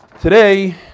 today